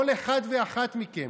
כל אחד ואחת מכם.